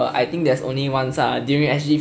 I think there's only one ah during S_G fifty